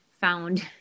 found